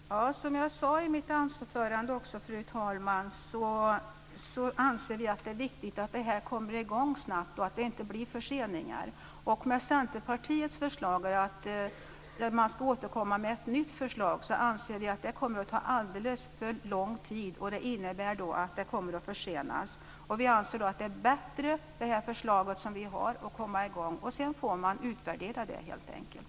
Fru talman! Som jag sade i mitt anförande anser vi att det är viktigt att det här kommer i gång snabbt och att det inte blir förseningar. Vi anser att det med Centerpartiets förslag om att man ska återkomma med ett nytt förslag kommer att ta alldeles för lång tid, och det innebär då att det här kommer att försenas. Vi anser att det är bättre att komma i gång med det förslag som vi har. Sedan får man utvärdera det, helt enkelt.